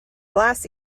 glass